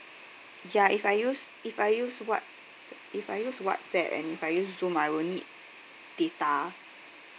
ya if I use if I use whats~ if I use whatsapp and if I use zoom I would need data